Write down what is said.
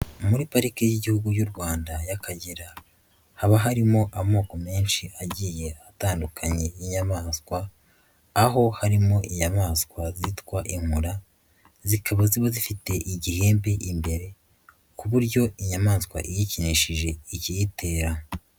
Muri parike y'igihugu y'u Rwanda y'Akagera haba harimo amoko menshi agiye atandukanye y'inyamaswa aho harimo iyabaswa zitwa inkura, zikaba ziba zifite igihembe imbere ku buryo inyamaswa iyikinishije ikiyitera.